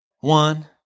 One